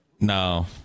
No